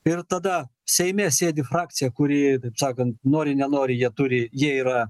ir tada seime sėdi frakcija kuri taip sakant nori nenori jie turi jie yra